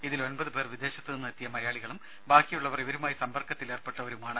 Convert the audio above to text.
ഇതിൽ ഒൻപത് പേർ വിദേശത്തുനിന്ന് എത്തിയ മലയാളികളും ബാക്കിയുള്ളവർ ഇവരുമായി സമ്പർക്കത്തിലേർപ്പെട്ടവരുമാണ്